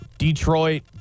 Detroit